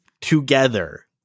together